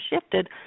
shifted